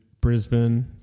Brisbane